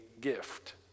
gift